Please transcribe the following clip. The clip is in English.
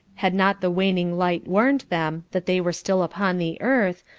had not the waning light warned them that they were still upon the earth,